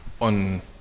on